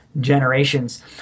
generations